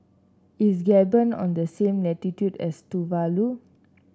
is Gabon on the same latitude as Tuvalu